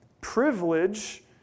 Privilege